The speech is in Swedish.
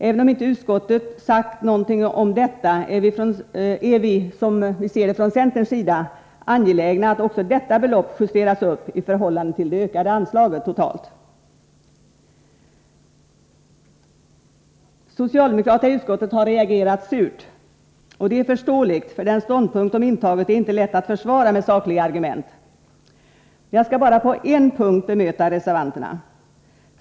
Även om inte utskottet sagt något om detta är det — som vi från centerns sida ser saken — angeläget att också detta belopp justeras upp i förhållande till det ökade anslaget totalt. Socialdemokraterna i utskottet har reagerat surt. Och det är förståeligt, för den ståndpunkt de intagit är inte lätt att försvara med sakliga argument. Jag skall bara på en punkt bemöta reservanterna.